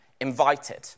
invited